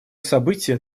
событие